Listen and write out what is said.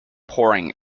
pouring